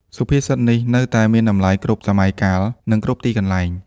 សុភាសិតនេះនៅតែមានតម្លៃគ្រប់សម័យកាល និងគ្រប់ទីកន្លែង។